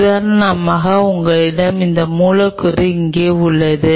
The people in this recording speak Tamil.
உதாரணமாக உங்களிடம் இந்த மூலக்கூறு இங்கே உள்ளது